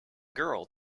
girl